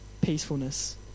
peacefulness